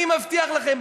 אני מבטיח לכם,